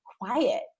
quiet